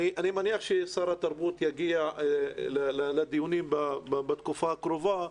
אני מניח ששר התרבות יגיע לדיונים בתקופה הקרובה,